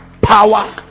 power